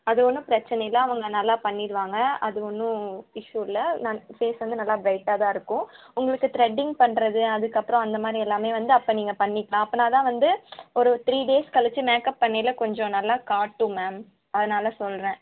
அது ஒன்றும் பிரச்சின இல்லை அவங்க நல்லா பண்ணிடுவாங்க அது ஒன்றும் இஷு இல்லை நான் ஃபேஸ் வந்து நல்லா பிரைட்டாக தான் இருக்கும் உங்களுக்கு த்ரெடிங் பண்ணுறது அதுக்கப்புறம் அந்த மாதிரி எல்லாமே வந்து அப்போ நீங்கள் பண்ணிக்கலாம் அப்பனால் தான் வந்து ஒரு த்ரீ டேஸ் கழித்து மேக்அப் பண்ணயில் கொஞ்சம் நல்லா காட்டும் மேம் அதனால சொல்கிறேன்